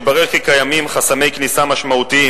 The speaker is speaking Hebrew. התברר כי קיימים חסמי כניסה משמעותיים